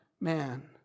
man